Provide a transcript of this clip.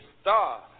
star